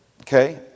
okay